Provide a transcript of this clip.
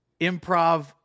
improv